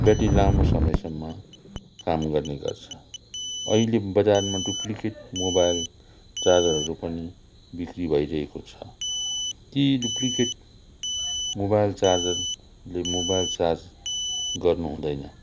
battery लामो समयसम्म काम गर्ने गर्छ अहिले बजारमा डुप्लिकेट मोबाइल चार्जरहरू पनि ब्रिकी भइरहेको छ ती डुप्लिकेट मोबाइल चार्जरले मोबाइल चार्ज गर्नु हुँदैन